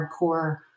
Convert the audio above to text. hardcore